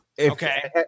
okay